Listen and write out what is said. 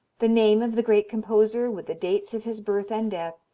the name of the great composer with the dates of his birth and death,